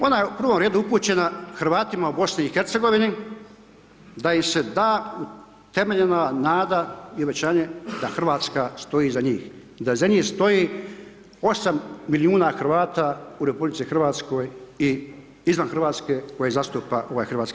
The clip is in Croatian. Ona je u prvom redu upućena Hrvatima u BiH da im se da temeljna nada i obećanje da RH stoji iza njih, da iza njih stoji 8 milijuna Hrvata u RH i izvan RH koje zastupa ovaj HS.